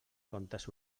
comptes